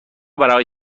برای